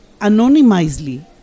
anonymously